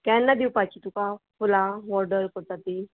केन्ना दिवपाची तुका फुलां ऑर्डर करता तीं